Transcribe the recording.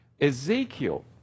Ezekiel